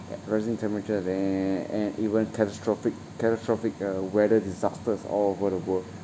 that rising temperatures and and even catastrophic catastrophic uh weather disasters all over the world